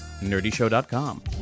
nerdyshow.com